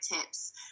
tips